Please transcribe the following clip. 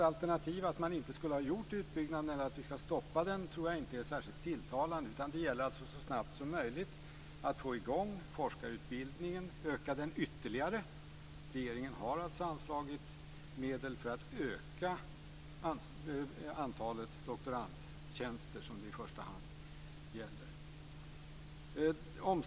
Alternativet att man inte skulle ha gjort utbyggnaden eller att vi ska stoppa den tror jag inte är särskilt tilltalande, utan det gäller att så snabbt som möjligt få i gång forskarutbildningen och öka den ytterligare. Regeringen har anslagit medel för att öka antalet doktorandtjänster, som det i första hand gäller.